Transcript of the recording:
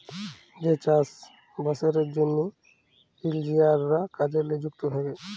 যে চাষ বাসের জ্যনহে ইলজিলিয়াররা কাজে লিযুক্ত থ্যাকে